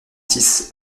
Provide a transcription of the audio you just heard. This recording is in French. six